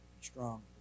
strong